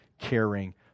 caring